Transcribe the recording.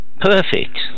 perfect